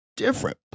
Different